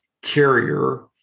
carrier